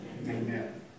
Amen